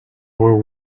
were